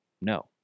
No